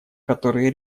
которые